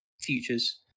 futures